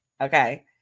Okay